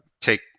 Take